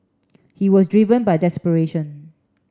he was driven by desperation